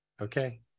okay